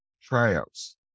tryouts